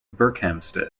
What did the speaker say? berkhamsted